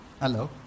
Hello